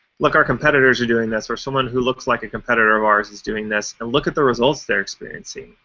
look, our competitors are doing this, or someone who looks like a competitor of ours is doing this. and look at the results they're experiencing.